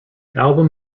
album